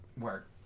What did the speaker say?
Work